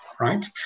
right